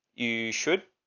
you should.